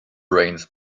rains